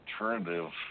alternative